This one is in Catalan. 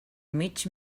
mig